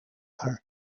her